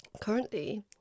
currently